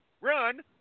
Run